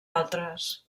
altres